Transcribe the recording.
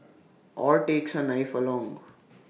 or takes A knife along